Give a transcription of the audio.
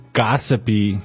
gossipy